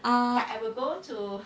ah